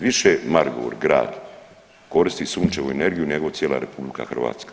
Više Maribor grad koristi sunčevu energiju nego cijela RH.